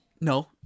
No